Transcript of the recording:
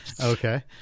Okay